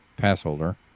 Passholder